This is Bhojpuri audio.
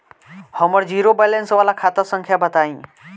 हमर जीरो बैलेंस वाला खाता संख्या बताई?